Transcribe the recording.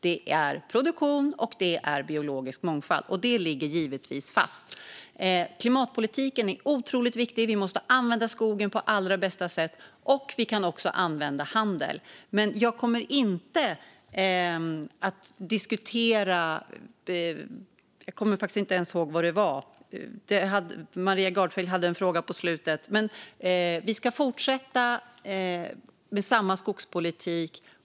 Det är produktion, och det är biologisk mångfald. De ligger givetvis fast. Klimatpolitiken är otroligt viktig. Vi måste använda skogen på allra bästa sätt, och vi kan också använda handel. Jag kommer inte att diskutera det Maria Gardfjell tog upp i sin fråga på slutet - jag kommer faktiskt inte ens ihåg vad det var - men vi ska fortsätta med samma skogspolitik.